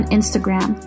Instagram